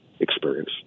experience